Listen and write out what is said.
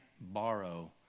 borrow